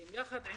יחידות,